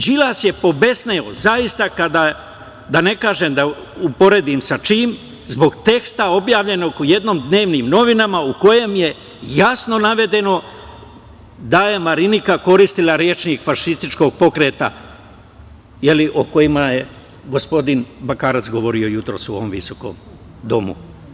Đilas je pobesneo zaista kao, da to ne uporedim sa čim, zbog teksta objavljenog u jednim dnevnim novinama u kojem je jasno navedeno da je Marinika koristila rečnik fašističkog pokreta o kojima je gospodin Bakarec govorio jutros u ovom visokom domu.